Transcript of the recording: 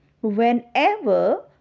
whenever